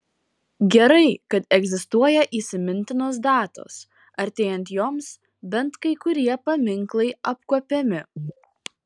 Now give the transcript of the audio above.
gerai kad egzistuoja įsimintinos datos artėjant joms bent kai kurie paminklai apkuopiami